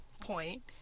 point